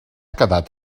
quedat